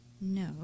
no